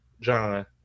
John